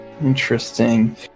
Interesting